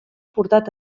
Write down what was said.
portat